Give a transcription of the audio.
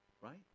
Right